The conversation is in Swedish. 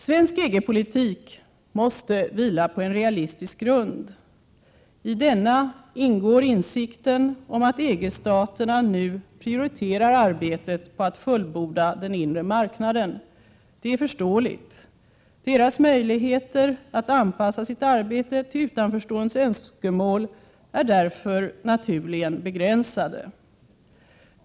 Svensk EG-politik måste vila på en realistisk grund. I denna ingår insikten om att EG-staterna nu prioriterar arbetet på att fullborda den inre marknaden. Det är förståeligt. Deras möjligheter att anpassa sitt arbete till utanförståendes önskemål är därför naturligen begränsade.